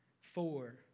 Four